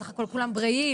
סך הכל כולם בריאים.